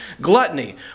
gluttony